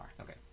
Okay